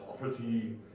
property